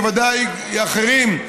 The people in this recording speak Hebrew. ובוודאי אחרים,